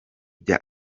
bya